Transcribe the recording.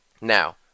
Now